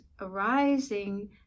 arising